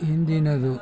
ಹಿಂದಿನದು